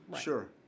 Sure